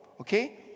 Okay